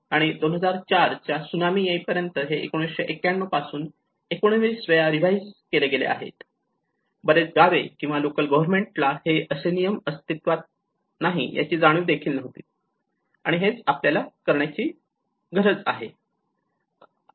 आणि 2004 चा सुनामी येईपर्यंत हे 1991 पासून 19 वेळा रिवाईज केले गेले आहे बरेच गावे किंवा लोकल गव्हर्मेंट ला हे असे नियम अस्तित्वात नाही याची जाणीव देखील नव्हती आणि हेच आपल्याला करण्याची गरज आहे